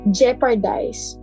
jeopardize